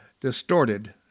distorted